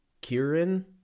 Kieran